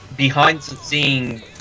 Behind-the-scenes